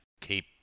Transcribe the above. Keep